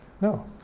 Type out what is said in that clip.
No